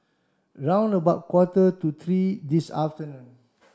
round about quarter to three this afternoon